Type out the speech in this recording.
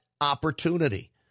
opportunity